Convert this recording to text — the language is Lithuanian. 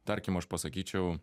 tarkim aš pasakyčiau